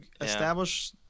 establish